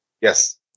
Yes